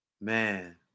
man